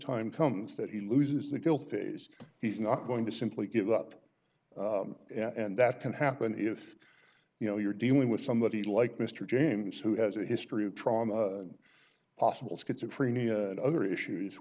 time comes that he loses the guilt phase he's not going to simply give up and that can happen if you know you're dealing with somebody like mr james who has a history of trauma possible schizophrenia and other issues